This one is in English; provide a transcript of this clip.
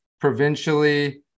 provincially